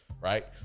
right